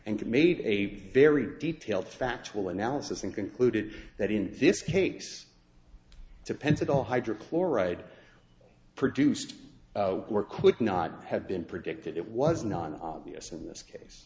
and made a very detailed factual analysis and concluded that in this case to pensacola hydrochloride produced or quick not have been predicted it was not an obvious in this case